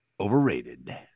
Overrated